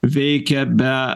veikia be